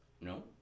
No